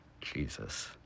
Jesus